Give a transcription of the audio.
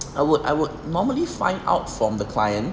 I would I would normally find out from the client